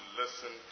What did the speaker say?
listen